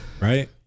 right